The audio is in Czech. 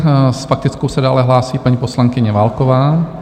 S faktickou se dále hlásí paní poslankyně Válková.